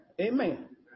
Amen